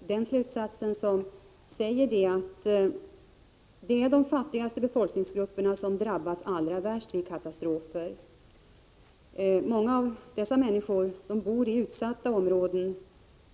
Denna slutsats är att det är de fattigaste befolkningsgrupperna som drabbas allra värst vid katastrofer. Många av dessa människor bor i utsatta områden